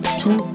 two